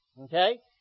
Okay